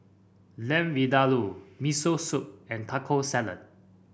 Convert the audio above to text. Lamb Vindaloo Miso Soup and Taco Salad